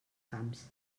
camps